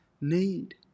need